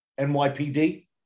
NYPD